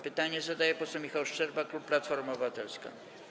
Pytanie zadaje poseł Michał Szczerba, klub Platforma Obywatelska.